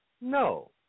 No